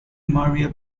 maria